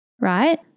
right